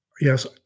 Yes